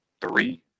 three